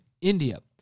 India